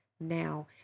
now